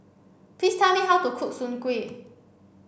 please tell me how to cook Soon Kuih